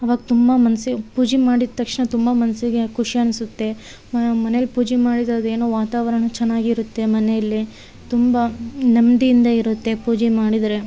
ಆವಾಗ ತುಂಬ ಮನ್ಸಿಗೆ ಪೂಜೆ ಮಾಡಿದ ತಕ್ಷಣ ತುಂಬ ಮನಸ್ಸಿಗೆ ಖುಷಿ ಅನಿಸುತ್ತೆ ಮನೆಯಲ್ಲಿ ಪೂಜೆ ಮಾಡಿದದೇನೊ ವಾತಾವರಣ ಚೆನ್ನಾಗಿರುತ್ತೆ ಮನೆಯಲ್ಲಿ ತುಂಬ ನೆಮ್ಮದಿಯಿಂದ ಇರುತ್ತೆ ಪೂಜೆ ಮಾಡಿದರೆ